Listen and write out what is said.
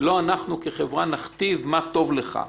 שלא אנחנו כחברה נכתיב מה טוב לך.